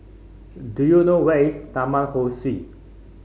do you know where is Taman Ho Swee